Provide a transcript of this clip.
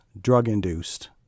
drug-induced